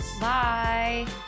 Bye